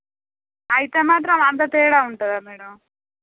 అయితే మాత్రం అంత తేడా ఉంటుందా మేడమ్